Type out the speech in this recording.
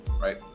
right